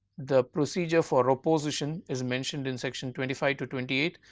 the procedure for opposition is mentioned in section twenty five to twenty eight,